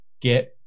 get